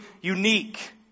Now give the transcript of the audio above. unique